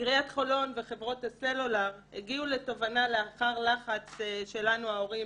עיריית חולון וחברות הסלולר הגיעו לתובנה לאחר לחץ שלנו ההורים